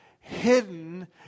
hidden